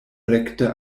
rekte